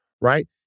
right